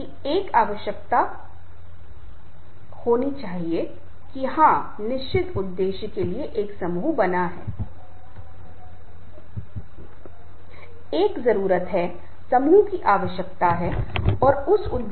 एक समस्या निवारक होना चाहिए समस्या निर्माता नहीं उसे दूसरों को यह महसूस नहीं करना चाहिए कि वह बहुत बेहतर स्थिति में है और हर समय किसी न किसी तरह की तानाशाही करता है नहीं यह कभी काम नहीं करेगा